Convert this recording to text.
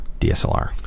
DSLR